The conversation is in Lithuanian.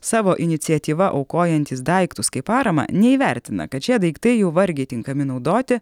savo iniciatyva aukojantys daiktus kaip paramą neįvertina kad šie daiktai jau vargiai tinkami naudoti